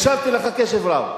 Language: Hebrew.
הקשבתי לך קשב רב.